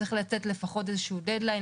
צריך לתת לפחות איזה שהוא דד-ליין